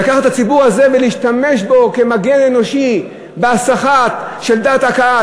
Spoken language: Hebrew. לקחת את הציבור הזה ולהשתמש בו כמגן אנושי בהסחה של דעת הקהל.